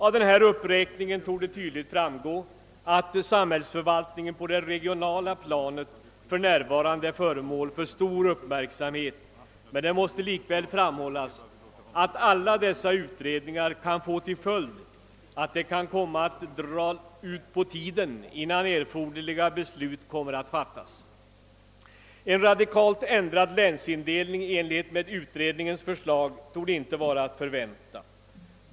Av denna uppräkning torde tydligt framgå att samhällsförvaltningen på det regionala planet för närvarande är föremål för stor uppmärksamhet. Men det måste likväl framhållas att alla dessa utredningar kan få till följd att det drar ut på tiden innan erforderliga beslut fattas. En radikalt ändrad länsindelning i enlighet med utredningens förslag torde inte vara att förvänta.